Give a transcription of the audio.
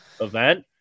event